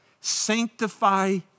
sanctify